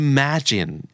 Imagine